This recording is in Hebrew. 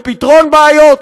לפתרון בעיות.